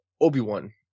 Obi-Wan